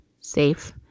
safe